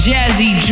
Jazzy